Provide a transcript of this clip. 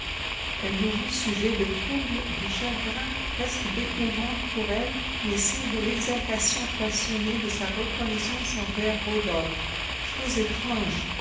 un nouveau sujet de trouble de chagrin presque d'épouvante pour elle naissait de l'exaltation passionnée de sa reconnaissance envers rodolphe chose étrange